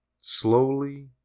Slowly